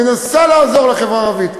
מנסה לעזור לחברה הערבית.